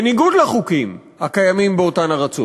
בניגוד לחוקים הקיימים באותן ארצות,